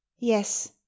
yes